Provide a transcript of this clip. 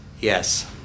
Yes